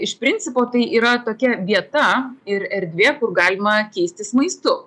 iš principo tai yra tokia vieta ir erdvė kur galima keistis maistu